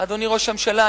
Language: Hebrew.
אדוני ראש הממשלה,